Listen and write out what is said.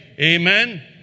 Amen